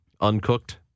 uncooked